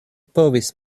povis